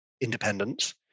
independence